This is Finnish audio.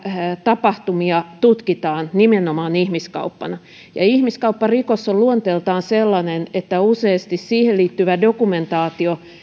tapahtumia tutkitaan nimenomaan ihmiskauppana ihmiskaupparikos on luonteeltaan sellainen että useasti siihen liittyvä dokumentaatio